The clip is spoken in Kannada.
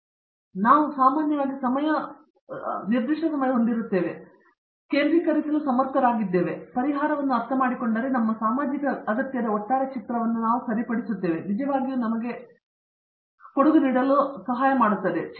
ಪ್ರೊಫೆಸರ್ ಶ್ರೀಕಾಂತ್ ವೇದಾಂತಮ್ ನಾವು ಸಾಮಾನ್ಯವಾಗಿ ಸಮಯವನ್ನು ಹೊಂದಿದ್ದೇವೆ ಮತ್ತು ನಾವು ಕೇಂದ್ರೀಕರಿಸಲು ಸಮರ್ಥರಾಗಿದ್ದೇವೆ ಆದರೆ ನಾವು ಈ ಪರಿಹಾರವನ್ನು ಅರ್ಥಮಾಡಿಕೊಂಡರೆ ನಮ್ಮ ಸಾಮಾಜಿಕ ಅಗತ್ಯದ ಒಟ್ಟಾರೆ ಚಿತ್ರವನ್ನು ನಾವು ಸರಿಪಡಿಸುತ್ತಿದ್ದೇವೆ ಅದು ನಿಜವಾಗಿಯೂ ನಮಗೆ ಹೆಚ್ಚು ಕೊಡುಗೆ ನೀಡಲು ಸಹಾಯ ಮಾಡುತ್ತದೆ